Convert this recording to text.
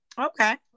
Okay